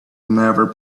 never